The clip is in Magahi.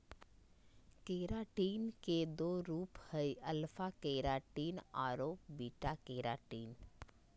केराटिन के दो रूप हइ, अल्फा केराटिन आरो बीटा केराटिन